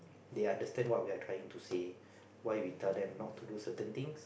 they understand what we are trying to say why we tell them not to do certain things